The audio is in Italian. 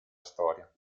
storia